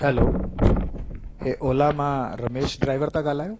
हलो ए ओला मां रमेश ड्राइवर था ॻाल्हायो